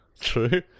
True